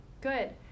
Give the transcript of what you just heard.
Good